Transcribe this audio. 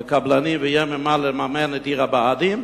השטח לקבלנים ויהיה ממה לממן את עיר הבה"דים,